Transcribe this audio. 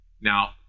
Now